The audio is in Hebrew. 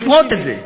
לפרוט את זה.